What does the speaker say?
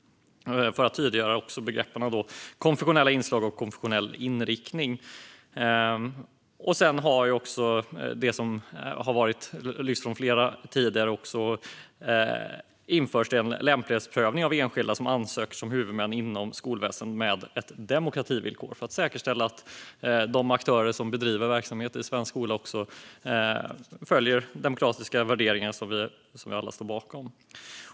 Det gäller begreppen konfessionella inslag och konfessionell inriktning. Flera har tidigare lyft upp att det också införs en lämplighetsprövning av enskilda som ansöker om att bli huvudmän inom skolväsendet med ett demokrativillkor, för att säkerställa att de aktörer som bedriver verksamhet i svensk skola följer demokratiska värderingar som vi alla står bakom.